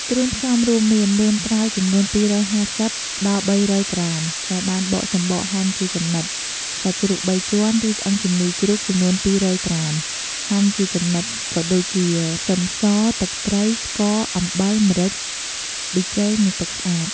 គ្រឿងផ្សំរួមមាន មើមត្រាវចំនួន ២៥០ ដល់ ៣០០ ក្រាម ដែលបានបកសំបកហាន់ជាចំណិត សាច់ជ្រូកបីជាន់ ឬឆ្អឹងជំនីរជ្រូកចំនួន ២០០ ក្រាម ហាន់ជាចំណិត ក៏ដូចជា ខ្ទឹមស ទឹកត្រី ស្ករ អំបិល ម្រេច ប៊ីចេង និងទឹកស្អាត។